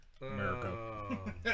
America